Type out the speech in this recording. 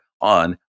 on